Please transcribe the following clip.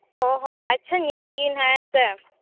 ᱚ ᱦᱚᱸ ᱟᱪᱪᱷᱟᱧ ᱧᱮᱞᱮᱫ ᱜᱤᱭᱟᱹᱧ ᱦᱟᱸᱜ ᱦᱮᱸᱥᱮ